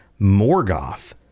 Morgoth